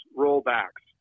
rollbacks